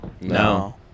No